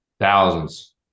Thousands